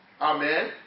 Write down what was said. Amen